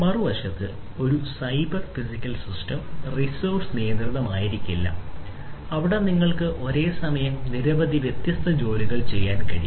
മറുവശത്ത് ഒരു cyber physical system resource നിയന്ത്രിതമായിരിക്കില്ല അവിടെ നിങ്ങൾക്ക് ഒരേ സമയം നിരവധി വ്യത്യസ്ത ജോലികൾ ചെയ്യാൻ കഴിയും